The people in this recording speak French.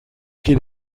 qu’il